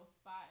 spot